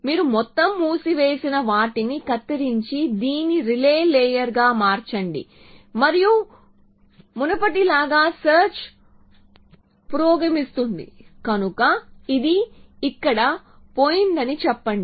మీరు మొత్తం మూసివేసిన వాటిని కత్తిరించి దీన్ని రిలే లేయర్గా మార్చండి మరియు మునుపటిలాగా సెర్చ్ పురోగమిస్తుంది కనుక ఇది ఇక్కడ పోయిందని చెప్పండి